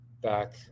back